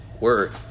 word